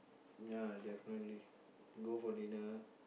ya definitely go for dinner